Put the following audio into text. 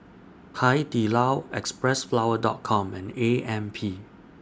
Hai Di Lao Xpressflower Dot Com and A M P